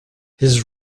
his